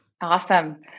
Awesome